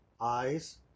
Eyes